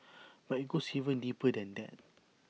but IT goes even deeper than that